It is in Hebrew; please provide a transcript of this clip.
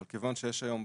אבל כיוון שיש היום,